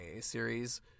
series